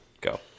go